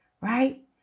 right